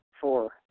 Four